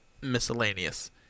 miscellaneous